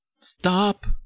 stop